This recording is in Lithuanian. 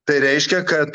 tai reiškia kad